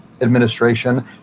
administration